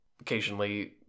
occasionally